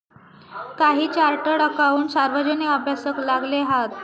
काही chartered accountant सार्वजनिक अभ्यासाक लागले हत